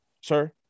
sir